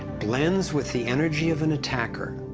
blends with the energy of an attacker,